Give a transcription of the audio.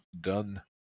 done